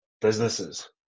businesses